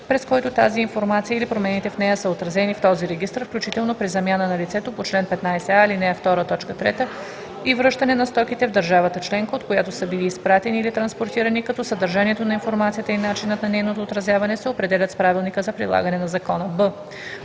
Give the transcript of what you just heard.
през който тази информация или промените в нея са отразени в този регистър, включително при замяна на лицето по чл. 15а, ал. 2, т. 3 и връщане на стоките в държавата членка, от която са били изпратени или транспортирани, като съдържанието на информацията и начинът на нейното отразяване се определят с правилника за прилагане на закона.“;